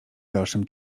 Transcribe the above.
dalszym